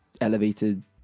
elevated